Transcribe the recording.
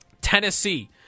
Tennessee